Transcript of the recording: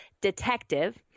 detective